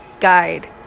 guide